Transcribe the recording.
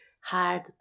hard